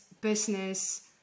business